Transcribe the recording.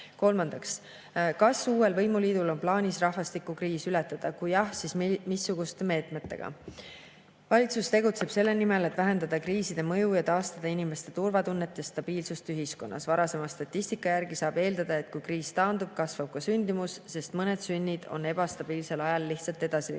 Kolmas: "Kas uuel võimuliidul on plaanis rahvastikukriis ületada? Kui jah, siis missuguste meetmetega?" Valitsus tegutseb selle nimel, et vähendada kriiside mõju ja taastada inimeste turvatunnet ja stabiilsust ühiskonnas. Varasema statistika järgi saab eeldada, et kui kriis taandub, kasvab ka sündimus, sest mõned sünnid on ebastabiilsel ajal lihtsalt edasi lükatud.